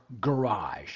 garage